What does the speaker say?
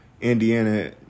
Indiana